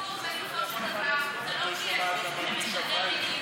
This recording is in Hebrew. הסיפור בסופו של דבר זה לא שיש מישהו שמשדר מיניות,